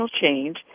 change